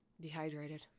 dehydrated